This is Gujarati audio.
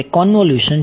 તે કોન્વોલ્યુશન છે